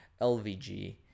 LVG